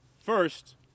First